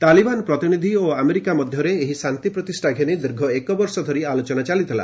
ତାଲିବାନ ପ୍ରତିନିଧି ଓ ଆମେରିକା ମଧ୍ୟରେ ଏହି ଶାନ୍ତି ପ୍ରତିଷ୍ଠା ଘେନି ଦୀର୍ଘ ଏକ ବର୍ଷ ଧରି ଆଲୋଚନା ଚାଲିଥିଲା